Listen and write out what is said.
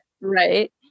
Right